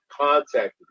contacted